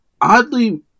oddly